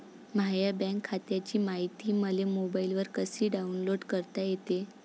माह्या बँक खात्याची मायती मले मोबाईलवर कसी डाऊनलोड करता येते?